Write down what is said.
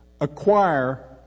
Acquire